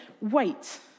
wait